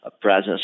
presence